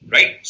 Right